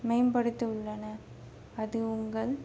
மேம்படுத்தி உள்ளன அது உங்கள்